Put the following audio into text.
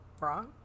wrong